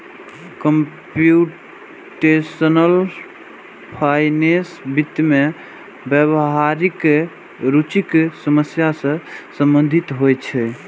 computational finance वित्त मे व्यावहारिक रुचिक समस्या सं संबंधित होइ छै